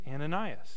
Ananias